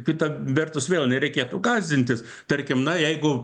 kita vertus vėl nereikėtų gąsdintis tarkim na jeigu